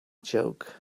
joke